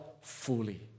fully